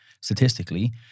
statistically